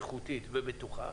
איכותית ובטוחה.